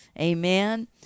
Amen